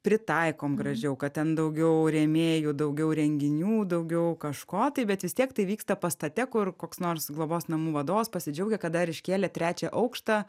pritaikom gražiau kad ten daugiau rėmėjų daugiau renginių daugiau kažko tai bet vis tiek tai vyksta pastate kur koks nors globos namų vadovas pasidžiaugia kad dar iškėlė trečią aukštą